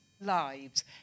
lives